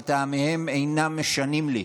אבל טעמיהם אינם משנים לי.